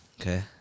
Okay